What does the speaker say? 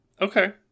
okay